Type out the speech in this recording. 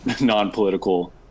non-political